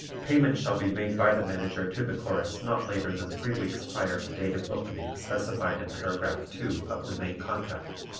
payment shall be made by the manager to the chorus not later than three weeks prior to date of opening specified in paragraph two of the main contract.